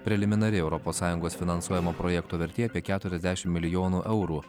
preliminari europos sąjungos finansuojamo projekto vertė apie keturiasdešim milijonų eurų